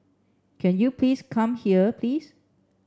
can you please come here please